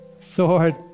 sword